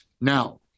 Now